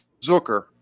Zucker